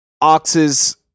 oxes